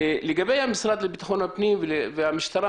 לגבי המשרד לביטחון פנים והמשטרה,